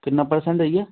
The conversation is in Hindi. कितना पर्सेंट है यह